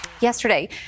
Yesterday